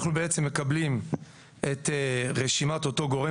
אנחנו בעצם מקבלים את רשימת אותו גורם